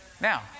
Now